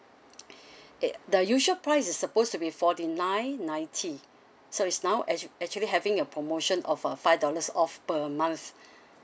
it the usual price is supposed to be forty nine ninety so it's now ac~ actually having a promotion of a five dollars off per month